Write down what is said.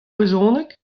brezhoneg